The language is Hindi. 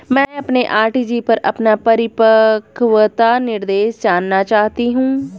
मैं अपने आर.डी पर अपना परिपक्वता निर्देश जानना चाहती हूँ